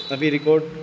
ابھی ریکارڈ